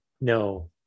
no